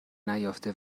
نیافته